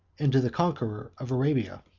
and to the conqueror of arabia.